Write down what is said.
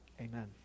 amen